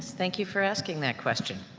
thank you for asking that question.